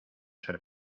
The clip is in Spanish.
ser